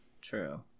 True